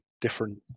different